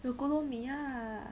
your kolo mee ah